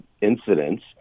incidents